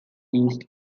east